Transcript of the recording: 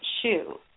shoe